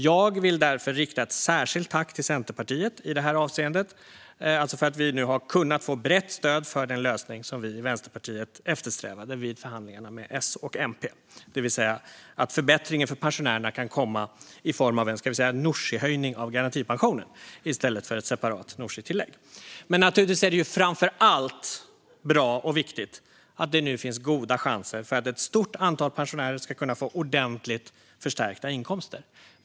Jag vill rikta ett särskilt tack till Centerpartiet i det här avseendet, alltså för att vi nu har kunnat få brett stöd för den lösning som vi i Vänsterpartiet eftersträvade vid förhandlingarna med S och MP. Förbättringen för pensionärerna kan nu komma i form av en Nooshihöjning, kan vi kalla det, av garantipensionen i stället för ett separat Nooshitillägg. Naturligtvis är det dock framför allt bra och viktigt att det nu finns goda chanser för att ett stort antal pensionärer ska kunna få ordentligt förstärkta inkomster.